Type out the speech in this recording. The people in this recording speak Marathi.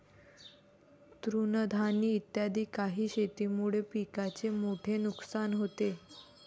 तृणधानी इत्यादी काही शेतीमुळे पिकाचे मोठे नुकसान होते